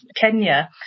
Kenya